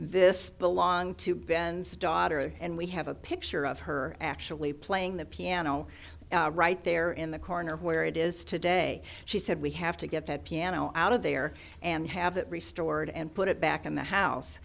this belong to ben's daughter and we have a picture of her actually playing the piano right there in the corner where it is today she said we have to get that piano out of there and have it restored and put it back in the house